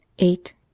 eight